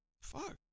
fuck